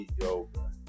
Yoga